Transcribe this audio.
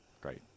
Great